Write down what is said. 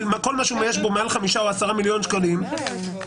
כל מה שיש בו מעל 5 או 10 מיליון שקלים זה בסדר,